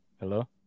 Hello